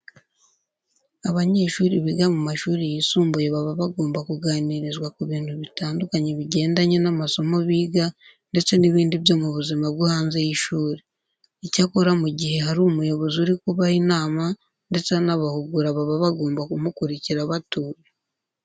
Abanyeshuri biga mu mashuri yisumbuye baba bagomba kuganirizwa ku bintu bitandukanye bigendanye n'amasomo biga ndetse n'ibindi byo mu buzima bwo hanze y'ishuri. Icyakora mu gihe hari umuyobozi uri kubaha inama ndetse anabahugura, baba bagomba kumukurikira batuje.